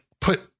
put